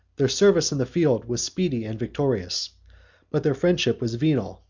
their service in the field was speedy and vigorous but their friendship was venal,